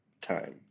time